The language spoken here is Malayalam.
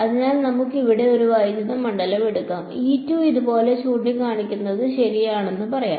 അതിനാൽ നമുക്ക് ഇവിടെ ഒരു വൈദ്യുത മണ്ഡലം എടുക്കാം ഇതുപോലെ ചൂണ്ടിക്കാണിക്കുന്നത് ശരിയാണെന്ന് പറയാം